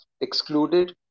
Excluded